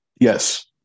Yes